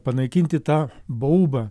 panaikinti tą baubą